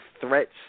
threats